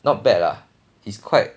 not bad lah is quite